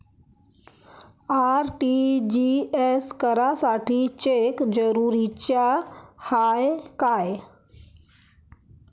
RTGS करासाठी cheque जरुरीचा हाय काय?